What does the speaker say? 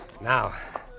Now